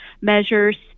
measures